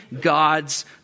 God's